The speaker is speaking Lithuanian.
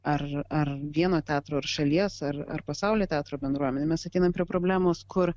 ar ar vieno teatro ar šalies ar ar pasaulio teatro bendruomenė mes ateinam prie problemos kur